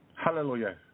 Hallelujah